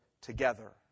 together